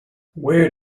where